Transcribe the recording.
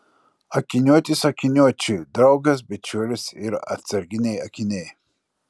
akiniuotis akiniuočiui draugas bičiulis ir atsarginiai akiniai